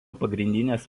pagrindinės